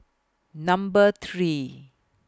Number three